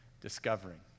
discovering